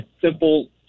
simple